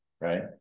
right